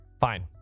Fine